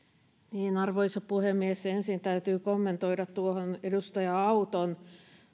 keskusteluun arvoisa puhemies ensin täytyy kommentoida noihin edustaja auton